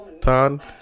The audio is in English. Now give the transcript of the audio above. Tan